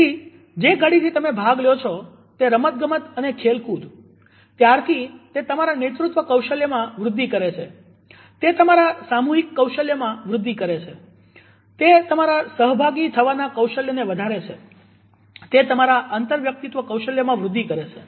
તેથી જે ઘડીથી તમે ભાગ લ્યો છો તે રમત ગમત અને ખેલ કુદ ત્યારથી તે તમારા નેતૃત્વ કૌશલ્યમાં વૃદ્ધિ કરે છે તે તમારા સામુહિક કૌશલ્યમાં વૃદ્ધિ કરે છે તે તમારા સહભાગી થવાના કૌશલ્યને વધારે છે તે તમારા આંતરવ્યક્તિત્વ કૌશલ્યમાં વૃદ્ધિ કરે છે